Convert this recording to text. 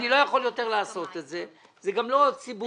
אני לא יכול יותר לעשות את זה, זה גם לא ציבורי.